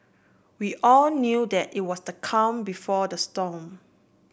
we all knew that it was the calm before the storm